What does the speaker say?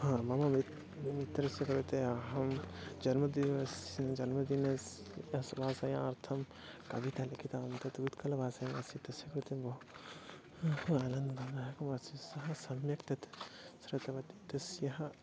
हा मम मि मित्रस्य कृते अहं जन्मदिनस्य जन्मदिनस्य समासयार्थं कविता लिखितवान् तत् उत्कलभाषायाम् आसीत् तस्य कृते बहु आनन्ददायकम् आसीत् सः सम्यक् तत् श्रुतवती तस्यः